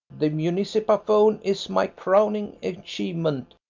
the municipaphone is my crowning achievement.